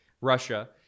Russia